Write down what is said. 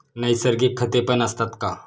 नैसर्गिक खतेपण असतात का?